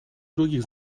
других